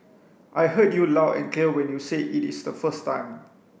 I heard you loud and clear when you said it is the first time